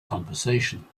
conversation